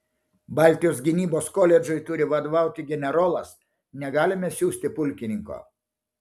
baltijos gynybos koledžui turi vadovauti generolas negalime siųsti pulkininko